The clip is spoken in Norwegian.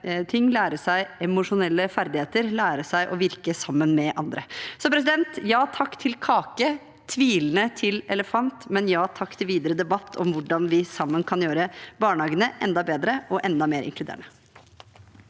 lære seg emosjonelle ferdigheter, lære seg å virke sammen med andre. Ja takk til kake – tvilende til elefant. Ja takk til videre debatt om hvordan vi sammen kan gjøre barnehagene enda bedre og enda mer inkluderende.